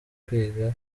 kwiga